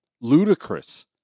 Ludicrous